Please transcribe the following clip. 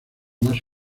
más